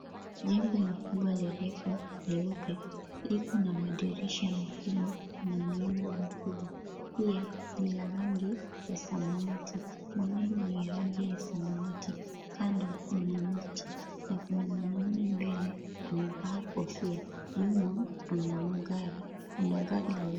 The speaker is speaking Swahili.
Jengo likubwa, lirefu, leupe liko na madirisha makubwa na milango mikubwa. Pia ni la rangi ya samawati. Mawingu ni ya rangi ya samawati. Kando mna mti na kuna mwanaume mbele amevaa kofia. Nyuma mna magari, kuna gari leupe.